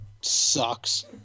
sucks